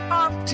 off